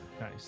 nice